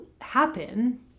happen